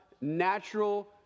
natural